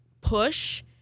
push